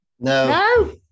No